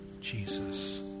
Jesus